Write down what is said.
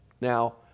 Now